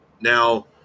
Now